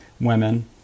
women